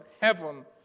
heaven